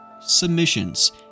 submissions